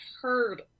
heard